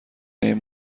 این